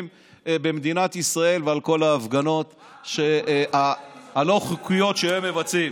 במדינת ישראל ועל כל ההפגנות הלא-חוקיות שהם מבצעים.